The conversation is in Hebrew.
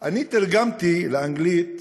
אני תרגמתי לאנגלית,